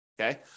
okay